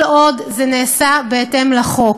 כל עוד זה נעשה בהתאם לחוק.